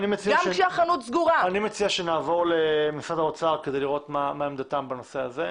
אני מציע שנעבור למשרד האוצר כדי לראות מה עמדתם בנושא הזה.